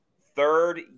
third